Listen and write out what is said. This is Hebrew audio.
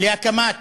לתוכנית